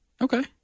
Okay